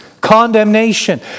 condemnation